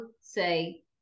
say